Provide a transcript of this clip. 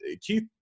Keith